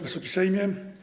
Wysoki Sejmie!